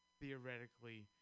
theoretically